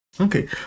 Okay